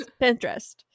pinterest